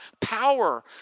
power